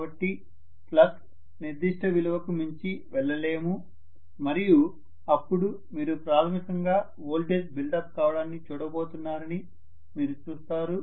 కాబట్టి ఫ్లక్స్ నిర్దిష్ట విలువకు మించి వెళ్ళలేము మరియు అప్పుడు మీరు ప్రాథమికంగా వోల్టేజ్ బిల్డప్ కావడాన్ని చూడబోతున్నారని మీరు చూస్తారు